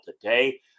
today